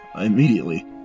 immediately